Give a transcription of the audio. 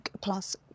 plus